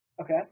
Okay